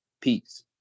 Peace